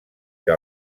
que